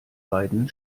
beiden